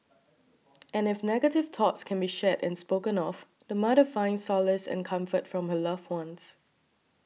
and if negative thoughts can be shared and spoken of the mother finds solace and comfort from her loved ones